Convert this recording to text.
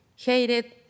hated